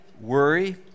worry